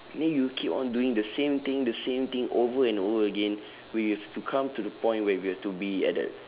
and then you keep on doing the same thing the same thing over and over again with to come to the point where you have to be at that